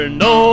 no